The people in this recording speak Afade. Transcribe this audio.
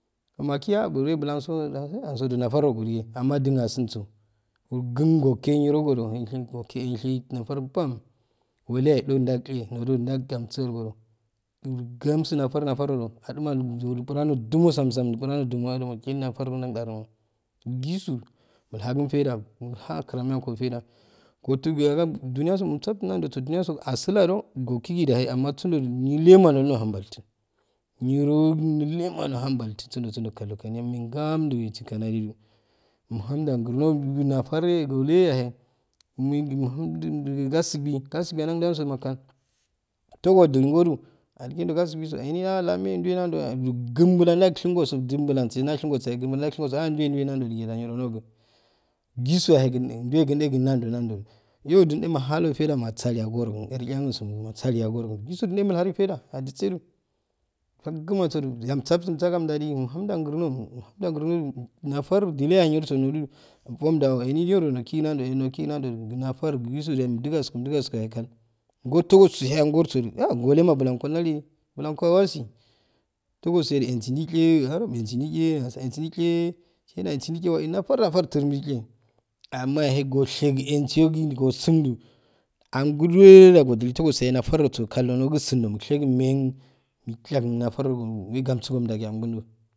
Maki ha ruwe bulanso laha anso do natar noku jiga amma jin asunso uragin okkenirogojo inshego ke inshe nafar bam woteye ido ju jalche notaju jaggamsu aigo jo uru gamsunatar natar nojo atima jo inburan no jumo sasam lubu ran no jumo adama chil nafarn jagdaro gisu mulhagin faija miliha krami yanko far ja jumyaso momsaftin nan joso juniya asi a ju gokigidiyahe amma sunjoju nilema nuk nuhan baltu niro nillema nohan balta sundo sundo kaljo kaniya imme ye gamdi wesikanadidu imhanja grno ginafarey gilleyay gasibi gasibiyanjan janso makal togojugoju adigin jo gasibiso ehni ah lamme juwe nando du gmbulan nashigoso din bwansi nashin sosoyaye imbulan nashigoso ah juwe nanjo nanjo jigedenda niro nugi gisuwahe gnne juwe ginde gin nanjo nanjo yo jinje mahalo fai ra masali agorogn irchiyangnsoru masali agoron gisujan eh murhali faida ajiseju fagma soju yamsaftm samgamjaji umhum jagrno umuu jagrno nafar jili yahe nir so nolu ju nmfomda wahe ehni nirol nuki nan oyahe nuki nonju gi nafar gisu ju imji gas ko imji gasko yahe kal go to gosoye angorso ju ua ah gole ma bulago naliji bulago awasi togo soheyu insi jiche harab mesjiche house insijiche china insi jiche wa iye nafar nafar turum jicheamma yahe ushen gi insiyogi go sun ju ggolweja gojili goto gosehe nafar so kal nognsun jo mushegimen mechagin afar owe gamsu gom ja ji angundo.